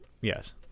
yes